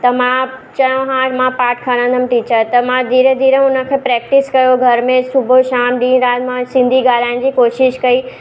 त मां चयो हा मां पार्ट खणंदमि टीचर त मां धीरे धीरे हुनखे प्रैक्टिस कयो घर में सुबुह शाम ॾींहुं राति मां सिंधी ॻाल्हाइण जी कोशिशि कई